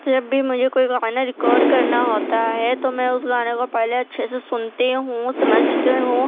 جب بھی مجھے کوئی گانا ریکارڈ کرنا ہوتا ہے تو میں اس گانے کو پہلے اچھے سے سنتے ہوں سمجھتے ہوں